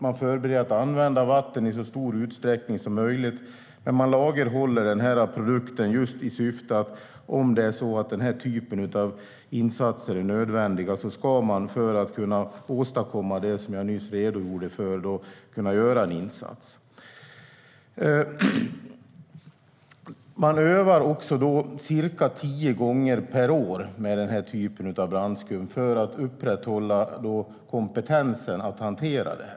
Man använder vatten i så stor utsträckning som möjligt. Men man lagerhåller denna produkt om den typ av insatser som jag nyss redogjorde för skulle vara nödvändiga. Man övar cirka tio gånger per år med denna typ av brandskum för att upprätthålla kompetensen att hantera detta.